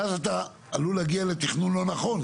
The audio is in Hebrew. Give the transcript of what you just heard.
ואז אתה עלול להגיע לתכנון לא נכון.